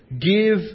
give